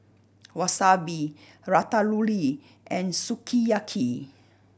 Wasabi Ratatouille and Sukiyaki